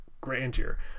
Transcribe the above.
grandeur